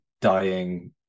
dying